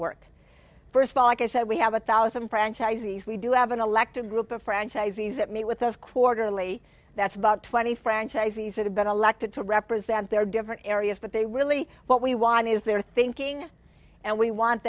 work first of all like i said we have a thousand franchisees we do have an elected group of franchisees that meet with us quarterly that's about twenty franchisees that have been elected to represent their different areas but they really what we want is their thinking and we want